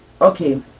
Okay